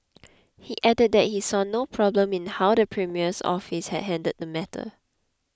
he added that he saw no problem in how the premier's office had handled the matter